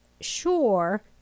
Sure